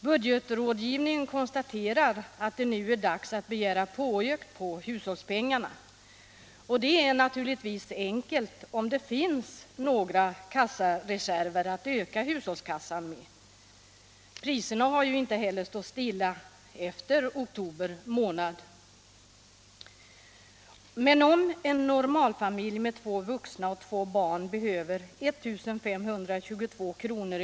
Budgetrådgivningen konstaterar att det nu är dags att begära påökt på hushållspengarna, och det är naturligtvis enkelt, om det finns några kassareserver att öka hushållskassan med. Priserna har ju inte stått stilla efter oktober månad heller, men om en normalfamilj med två vuxna och två barn behöver 1 522 kr.